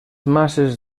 masses